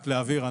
רק להבהיר,